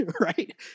right